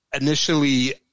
initially